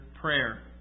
prayer